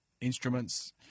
instruments